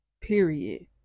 Period